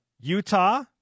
Utah